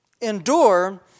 endure